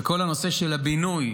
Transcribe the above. וכל הנושא של הבינוי,